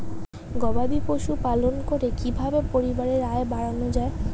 গবাদি পশু পালন করে কি কিভাবে পরিবারের আয় বাড়ানো যায়?